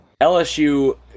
LSU